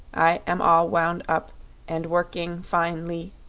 i am all wound up and work-ing fine-ly,